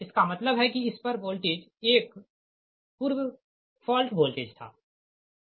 इसका मतलब है कि इस पर वोल्टेज एक पूर्व फॉल्ट वोल्टेज था